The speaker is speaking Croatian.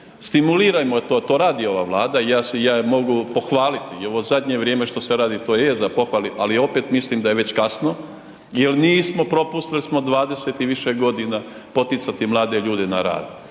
Stimulirajmo to, to radi ova Vlada i ja je mogu pohvaliti i ovo zadnje vrijeme što se radi to je za pohvalit, ali opet mislim da je već kasno jel nismo, propustili smo 20 i više godina poticati mlade ljude na rad.